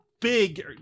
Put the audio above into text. big